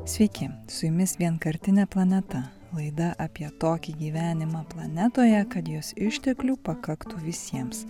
sveiki su jumis vienkartinė planeta laida apie tokį gyvenimą planetoje kad jos išteklių pakaktų visiems